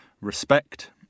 Respect